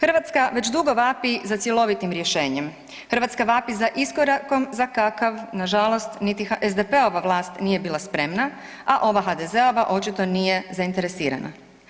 Hrvatska već dugo vaši za cjelovitim rješenjem, Hrvatska vapi za iskorakom za kakav nažalost niti SDP-ova vlast nije bila spremna, a ova HDZ-ova očito nije zainteresirana.